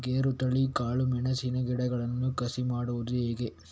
ಗೇರುತಳಿ, ಕಾಳು ಮೆಣಸಿನ ಗಿಡಗಳನ್ನು ಕಸಿ ಮಾಡುವುದು ಹೇಗೆ?